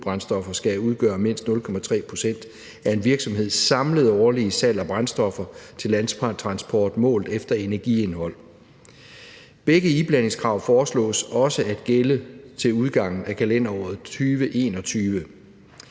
biobrændstoffer skal udgøre mindst 0,3 pct. af en virksomheds samlede årlige salg af brændstoffer til landtransport målt efter energiindhold. Begge iblandingskrav foreslås også at gælde til udgangen af kalenderåret 2021.